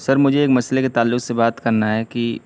سر مجھے ایک مسئلے کے تعلق سے بات کرنا ہے کہ